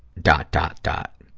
dot, dot, dot.